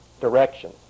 direction